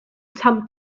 some